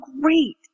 great